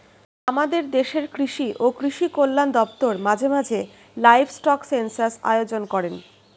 আমাদের দেশের কৃষি ও কৃষি কল্যাণ দপ্তর মাঝে মাঝে লাইভস্টক সেন্সাস আয়োজন করেন